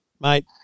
mate